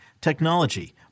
technology